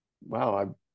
wow